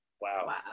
Wow